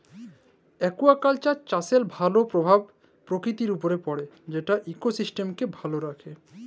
aquaculture চাষের ভালো পরভাব পরকিতির উপরে পড়ে যেট ইকসিস্টেমকে ভালো রাখ্যে